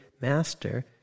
master